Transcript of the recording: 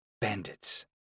bandits